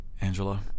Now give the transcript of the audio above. Angela